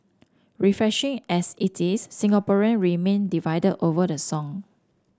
refreshing as it is Singaporean remain divided over the song